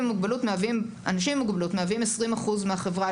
אנשים עם מוגבלות מהווים 20% מהחברה.